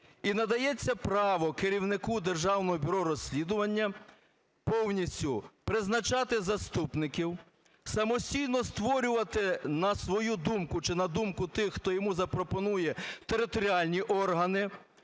і надається право керівнику Державного бюро розслідувань повністю призначати заступників, самостійно створювати на свою думку чи на думку тих, хто йому запропонує, територіальні органи